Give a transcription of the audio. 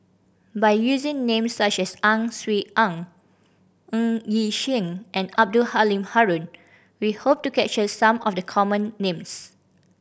by using names such as Ang Swee Aun Ng Yi Sheng and Abdul Halim Haron we hope to capture some of the common names